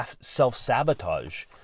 self-sabotage